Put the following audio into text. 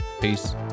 peace